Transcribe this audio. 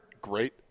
great